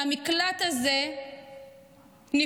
והמקלט הזה נפרץ: